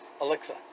Alexa